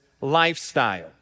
lifestyle